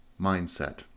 mindset